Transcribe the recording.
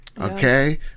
Okay